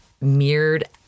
Mirrored